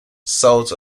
south